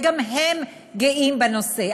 וגם הם גאים בנושא.